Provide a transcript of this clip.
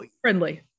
friendly